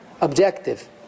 objective